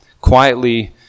quietly